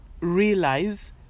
realize